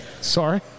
Sorry